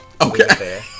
Okay